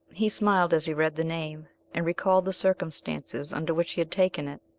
he smiled as he read the name and recalled the circumstances under which he had taken it,